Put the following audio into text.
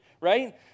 right